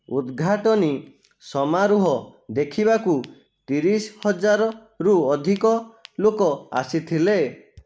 ଉଦଘାଟନୀ ସମାରୋହ ଦେଖିବାକୁ ତିରିଶ ହଜାରରୁ ଅଧିକ ଲୋକ ଆସିଥିଲେ